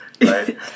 right